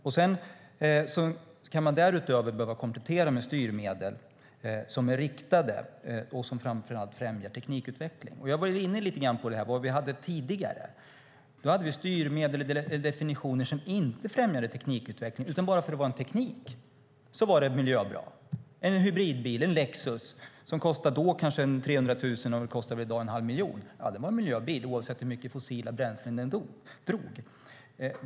Därutöver kan man behöva komplettera med styrmedel som är riktade och som framför allt främjar teknikutveckling. Jag var inne lite grann på det vi hade tidigare. Då hade vi styrmedel eller definitioner som inte främjade teknikutveckling, utan det var miljöbra bara för att det var en teknik. En hybridbil, en Lexus som då kostade ca 300 000 och i dag kostar ca 1⁄2 miljon, var en miljöbil oavsett hur mycket fossila bränslen den drog.